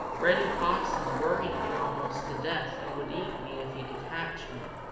reddy fox has worried me almost to death and would eat me if he could catch me,